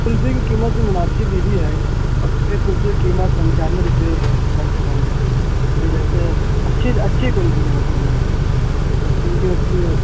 کلفی کی قیمت بھی مناسب ہی ہے ایک کلفی کی قیمت پنچانوے روپئے ہے کم سے کم تو جیسے اچھی اچھی کلفی مطلب کیونکہ اس میں